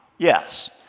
Yes